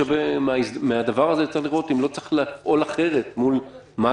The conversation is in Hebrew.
מן הדבר הזה צריך לראות האם לא צריך לפעול בצורה אחרת מול מד"א,